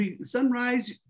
Sunrise